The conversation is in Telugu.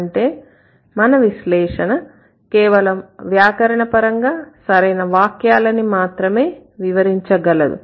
అంటే మన విశ్లేషణ కేవలం వ్యాకరణపరంగా సరైన వాక్యాలని మాత్రమే వివరించగలదు